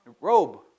robe